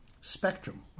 Spectrum